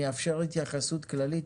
אאפשר התייחסות כללית,